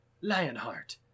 Lionheart